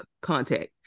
contact